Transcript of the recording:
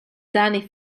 dani